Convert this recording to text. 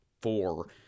four